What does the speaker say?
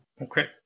Okay